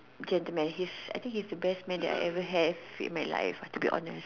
gentleman his I think he is the best man that I ever have in my life to be honest